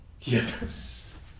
Yes